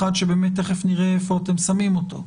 אחד שבאמת תכף נראה איפה אתם שמים אותו.